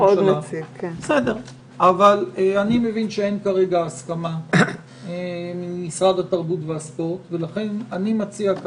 אני מבין שאין כרגע הסכמה עם משרד התרבות והספורט לכן אני מציע,